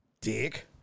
Dick